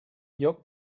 lloc